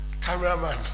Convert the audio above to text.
cameraman